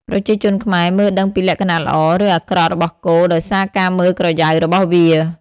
ប្រជាជនខ្មែរមើលដឹងពីលក្ខណៈល្អ ឬអាក្រក់របស់គោដោយសារការមើលក្រយៅរបស់វា។